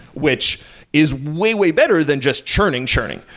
which is way, way better than just churning-churning,